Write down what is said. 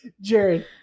Jared